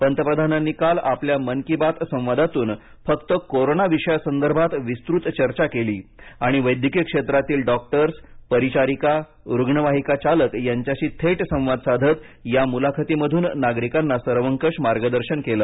पंतप्रधानांनी काल आपल्या या मन की बात संवादातून फक्त कोरोंना विषयासंदर्भात विस्तृत चर्चा केली आणि वैद्यकीय क्षेत्रातील डॉक्टर्स परिचारिका रुग्णवाहिका चालक यांच्याशी थेट संवाद साधत या मुलाखतीनमध्रन नागरीकांना सर्वंकष मार्गदशन केलं